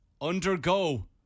Undergo